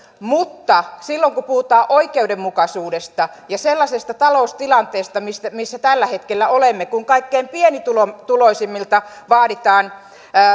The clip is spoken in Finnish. mutta nyt kun puhutaan oikeudenmukaisuudesta ja sellaisesta taloustilanteesta missä tällä hetkellä olemme kun kaikkein pienituloisimmilta vaaditaan